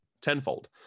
tenfold